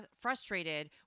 frustrated